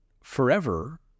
forever